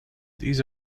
these